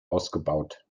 ausgebaut